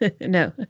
no